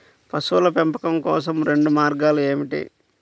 పశువుల పెంపకం కోసం రెండు మార్గాలు ఏమిటీ?